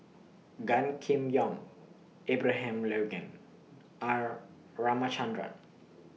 Gan Kim Yong Abraham Logan R Ramachandran